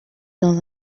dans